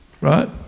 right